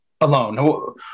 alone